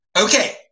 Okay